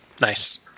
Nice